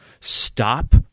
Stop